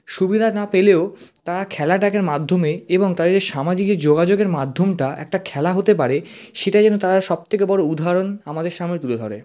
সুবিধা না পেলেও তারা খেলা দেখার মাধ্যমে এবং তাদের সামাজিক যে যোগাযোগের মাধ্যমটা একটা খেলা হতে পারে সেটা যেন তারা সব থেকে বড় উদাহরণ আমাদের সামনে তুলে ধরে